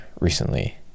recently